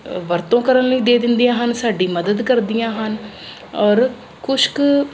ਵਰਤੋਂ ਕਰਨ ਲਈ ਦੇ ਦਿੰਦੇ ਹਨ ਸਾਡੀ ਮਦਦ ਕਰਦੀਆਂ ਹਨ ਔਰ ਕੁਛ ਕ